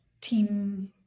team